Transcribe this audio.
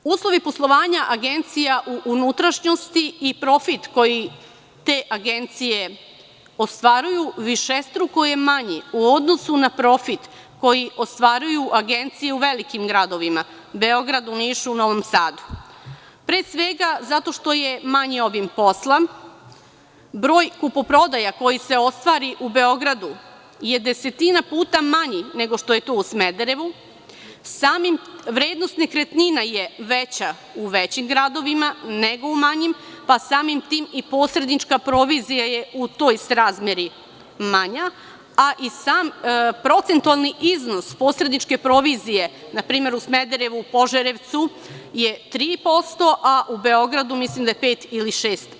Uslovi poslovanja agencija u unutrašnjosti i profit koji te agencije ostvaruju, višestruko je manji u odnosu na profit koji ostvaruju agencije u velikim gradovima, Beogradu, Nišu, Novom Sadu pre svega zato što je manji obim posla, broj kupoprodaja koji se ostvari u Beogradu je desetinu puta manji nego što je to u Smederovu, vrednost nekretnina je veća u većim gradovima nego u manjim, pa samim tim i posrednička provizija je u toj srazmeri manja, a i sam procentualni iznos posredničke provizije, na primer u Smederevu, Požarevcu je 3%, a u Beogradu mislim da je 5% ili 6%